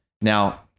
Now